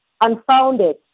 unfounded